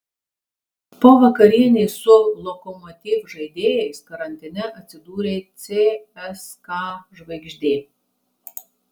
po vakarienės su lokomotiv žaidėjais karantine atsidūrė cska žvaigždė